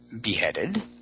beheaded